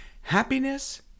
Happiness